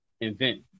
invent